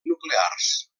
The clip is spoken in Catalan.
nuclears